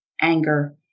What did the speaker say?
anger